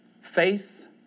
Faith